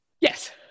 Yes